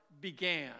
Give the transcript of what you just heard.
began